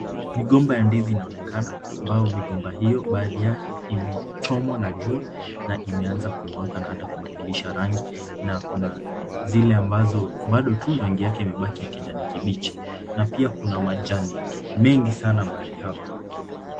Migomba ya ndizi inaonekana, ambao migomba hiyo baadhi yake imechomwa na jua na imeanza kunyooka na hata kubadilisha rangi, na kuna zile ambazo bado tu rangi yake imebaki ya kijani kibichi. Na pia kuna majani mengi sana mahali hapa.